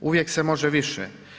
Uvijek se može više.